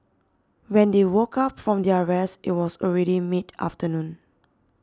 when they woke up from their rest it was already mid afternoon